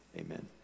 amen